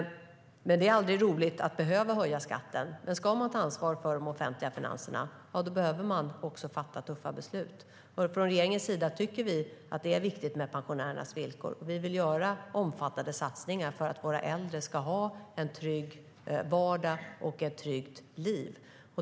Det är aldrig roligt att behöva höja skatten, men ska man ta ansvar för de offentliga finanserna behöver man fatta tuffa beslut. Från regeringens sida tycker vi att det är viktigt med pensionärernas villkor. Vi vill göra omfattande satsningar för att våra äldre ska ha en trygg vardag och ett tryggt liv.